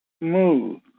move